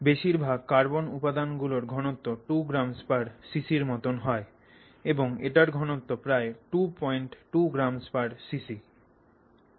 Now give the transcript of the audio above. বেশির ভাগ কার্বন উপাদান গুলোর ঘনত্ব 2 gramscc র মতন হয় এবং এটার ঘনত্ব প্রায় 22 gramscc